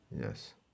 Yes